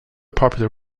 popular